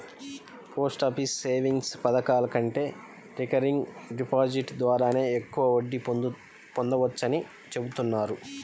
post office savings పథకాల కంటే recurring deposit ద్వారానే ఎక్కువ వడ్డీ పొందవచ్చని చెబుతున్నారు